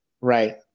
Right